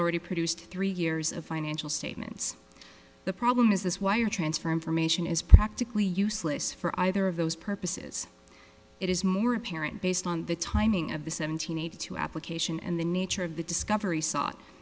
already produced three years of financial statements the problem is this wire transfer information is practically useless for either of those purposes it is more apparent based on the timing of the seven hundred two application and the nature of the discovery sought